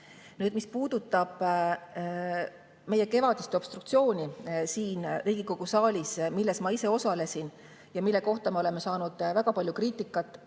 Helme! Mis puudutab meie kevadist obstruktsiooni siin Riigikogu saalis, milles ma ise osalesin ja mille kohta me oleme saanud väga palju kriitikat,